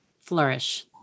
Flourish